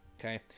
okay